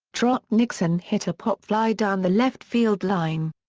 trot nixon hit a pop fly down the left field line.